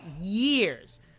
years